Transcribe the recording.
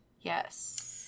Yes